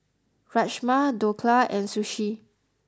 Rajma Dhokla and Sushi